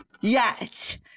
Yes